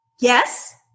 Yes